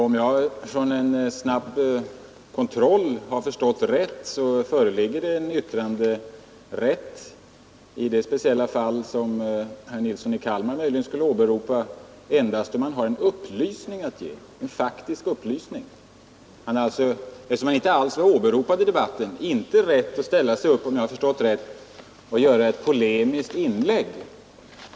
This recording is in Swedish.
Om jag vid en snabb kontroll har förstått att det föreligger en yttranderätt i det speciella fall som herr Nilsson möjligen skulle kunna åberopa endast om man har en faktisk upplysning att ge, så har han däremot inte rätt att ställa sig upp och göra ett polemiskt inlägg.